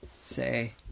say